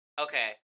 Okay